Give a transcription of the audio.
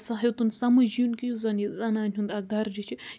سا ہیوٚتُن سمجھُن یُن کہِ یُس زن یہِ زنانہِ ہُنٛد اکھ درجہٕ چھُ